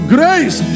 Grace